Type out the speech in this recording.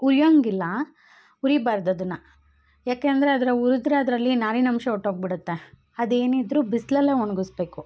ಹುರ್ಯೊಂಗಿಲ್ಲ ಹುರಿಬಾರ್ದ್ ಅದನ್ನು ಯಾಕೆ ಅಂದರೆ ಅದರ ಹುರುದ್ರೆ ಅದರಲ್ಲಿ ನಾರಿನಂಶ ಹೊರ್ಟೋಗ್ಬಿಡುತ್ತೆ ಅದು ಏನಿದ್ರೂ ಬಿಸಿಲಲ್ಲೆ ಒಣಗಿಸ್ಬೇಕು